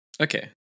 Okay